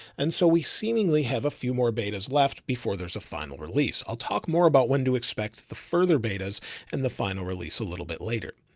and so we seemingly have a few more betas left before. there's a final release. i'll talk more about when to expect the further betas and the final release a little bit later.